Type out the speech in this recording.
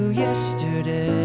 yesterday